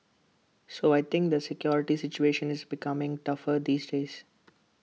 so I think the security situation is becoming tougher these days